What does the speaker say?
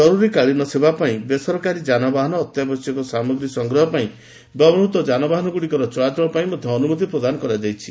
ଜରୁରୀକାଳୀନ ସେବା ପାଇଁ ବେସରକାରୀ ଯାନବାହାନ ଅତ୍ୟାବଶ୍ୟକ ସାମଗ୍ରୀ ସଂଗ୍ରହ ପାଇଁ ବ୍ୟବହୃତ ଯାନବାହାନଗୁଡ଼ିକର ଚଳାଚଳ ମଧ୍ଧ ଅନୁମତି ପ୍ରଦାନ କରାଯାଇଛି